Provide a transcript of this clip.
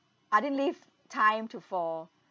I didn't leave time to for